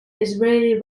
israeli